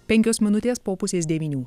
penkios minutės po pusės devynių